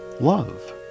Love